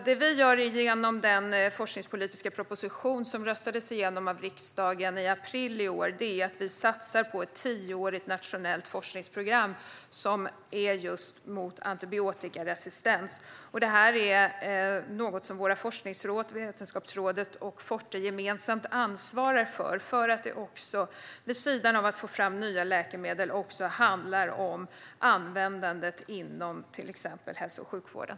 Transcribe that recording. Det vi gör genom den forskningspolitiska proposition som röstades igenom av riksdagen i april i år är att vi satsar på ett tioårigt nationellt forskningsprogram, som är just mot antibiotikaresistens. Detta är något som våra forskningsråd, Vetenskapsrådet och Forte, gemensamt ansvarar för. Vid sidan av att få fram nya läkemedel handlar det också om användandet inom till exempel hälso och sjukvården.